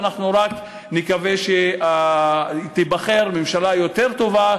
ואנחנו רק נקווה שתיבחר ממשלה יותר טובה